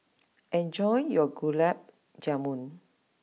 enjoy your Gulab Jamun